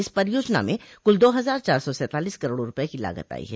इस परियोजना में कुल दो हजार चार सौ सैतालीस करोड़ रूपये की लागत आई है